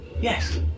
Yes